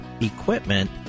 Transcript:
equipment